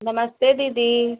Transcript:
नमस्ते दीदी